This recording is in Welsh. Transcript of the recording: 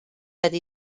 ydy